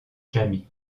jamie